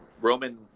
Roman